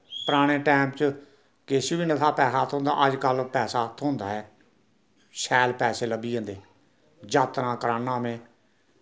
पराने टैम च किश बी नेहा पैसै थ्होंदे अजकल पैसा थ्होंदा ऐ शैल पैसे लब्भी जंदे जात्तरां करान्नां में